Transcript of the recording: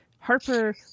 harper